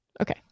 Okay